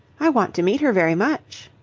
i want to meet her very much.